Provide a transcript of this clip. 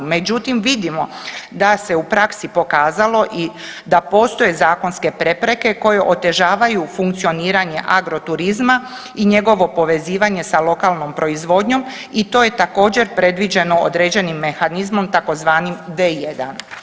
Međutim, vidimo da se u praksi pokazalo i da postoje zakonske prepreke koje otežavaju funkcioniranje agroturizma i njegovo povezivanje sa lokalnom proizvodnjom i to je također predviđeno određenim mehanizmom tzv. D1.